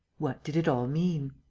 what did it all mean?